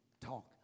talk